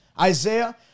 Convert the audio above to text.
Isaiah